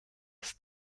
ist